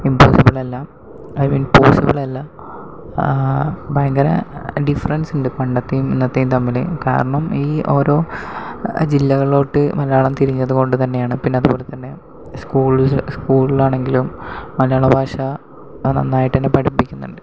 impossible അല്ല I mean possible അല്ല ഭയങ്കര ഡിഫറെൻസുണ്ട് പണ്ടത്തേയും ഇന്നത്തേയും തമ്മില് കാരണം ഈ ഓരോ ജില്ലകളിലോട്ട് മലയാളം തിരിഞ്ഞത് കൊണ്ട് തന്നെയാണ് പിന്നെ അതുപോലെ സ്കൂള് സ്കൂളിലാണെങ്കിലും മലയാള ഭാഷ നന്നായിട്ട് തന്നെ പഠിപ്പിക്കുന്നതുകൊണ്ട്